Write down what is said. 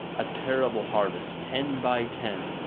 a terrible harvest, ten by ten,